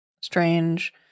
strange